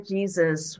Jesus